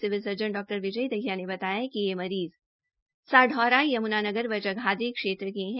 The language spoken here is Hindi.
सिविल सर्जन डा दहिया ने बताया कि ये मरीज सढौरा यमुनानगर व जगाधरी क्षेत्र के है